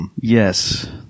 Yes